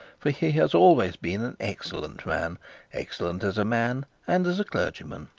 for he has always been an excellent man excellent as man and as a clergyman.